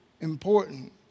important